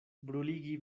bruligi